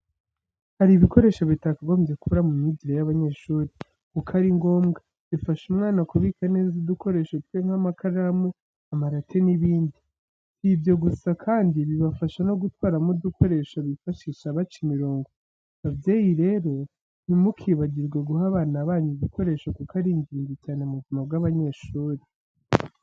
Hari ibikoresho bitakagombye kubura mu myigire y'abanyeshuri, kuko ari ngombwa, bifasha umwana kubika neza udukoresho twe nk'amakaramu, amarate n'ibindi. Si ibyo gusa kandi bibafasha no gutwaramo udukoresho bifashisha baca imirongo. Babyeyi rero ntimukibagirwe guha abana banyu ibi bikoresho kuko ari ingenzi cyane mu buzima bw'abanyeshuri.